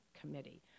Committee